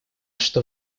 что